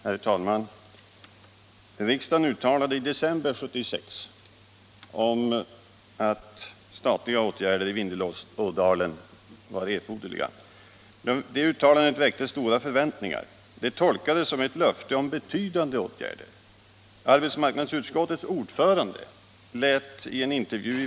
Herr talman! Riksdagen uttalade i december 1976 att statliga åtgärder i Vindelälvsområdet var erforderliga. Det uttalandet väckte stora förväntningar. Det tolkades som ett löfte om betydande åtgärder.